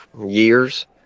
years